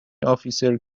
officer